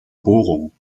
bohrung